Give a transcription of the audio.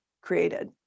created